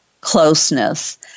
closeness